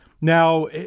Now